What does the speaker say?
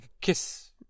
kiss